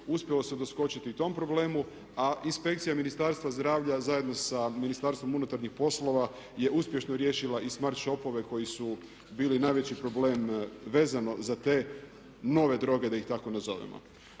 uspjelo se doskočiti i tom problemu. A inspekcija Ministarstva zdravlja zajedno sa Ministarstvom unutarnjih poslova je uspješno riješila i smart shopove koji su bili najveći problem vezano za te nove droge da ih tako nazovemo.